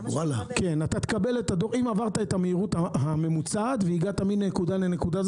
אם עברת את המהירות הממוצעת והגעת מנקודה לנקודה,